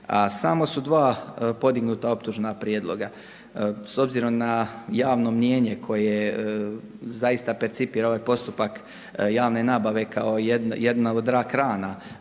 a samo su dva podignuta optužna prijedloga. S obzirom na javno mnijenje koje zaista percipira ovaj postupak javne nabave kao jedna od rak rana